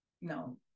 no